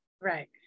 Right